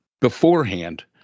beforehand